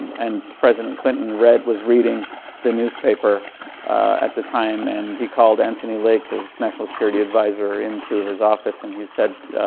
and president clinton read was reading the newspaper at the time and he called anthony lakers, national security adviser into his office and he said,